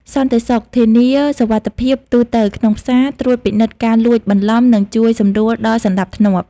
សន្តិសុខ ធានាសុវត្ថិភាពទូទៅក្នុងផ្សារ ត្រួតពិនិត្យការលួចបន្លំ និងជួយសម្រួលដល់សណ្តាប់ធ្នាប់។